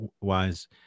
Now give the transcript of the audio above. wise